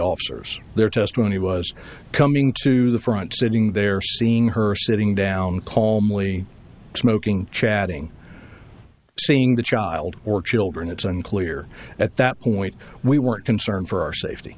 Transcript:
officers their testimony was coming to the front sitting there seeing her sitting down paul morley smoking chatting seeing the child or children it's unclear at that point we were concerned for our safety